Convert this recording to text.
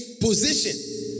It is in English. position